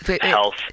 health